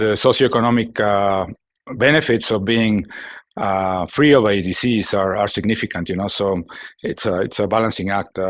ah socioeconomic benefits of being free of a disease are significant, you know, so it's a so balancing act.